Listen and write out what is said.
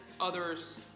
others